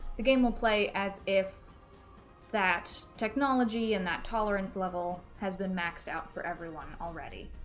the game will play as if that technology and that tolerance level has been maxed out for everyone already,